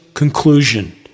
Conclusion